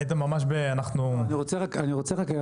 איתן, כמה מילים, בבקשה.